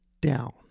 down